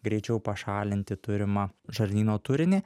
greičiau pašalinti turimą žarnyno turinį